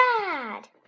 dad